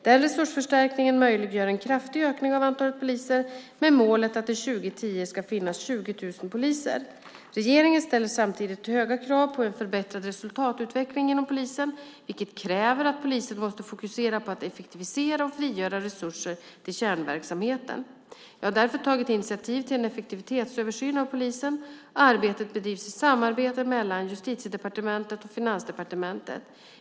Den resursförstärkningen möjliggör en kraftig ökning av antalet poliser med målet att det 2010 ska finnas 20 000 poliser. Regeringen ställer samtidigt höga krav på en förbättrad resultatutveckling inom polisen vilket kräver att polisen måste fokusera på att effektivisera och frigöra resurser till kärnverksamheten. Jag har därför tagit initiativ till en effektivitetsöversyn av polisen. Arbetet bedrivs i samarbete mellan Justitiedepartementet och Finansdepartementet.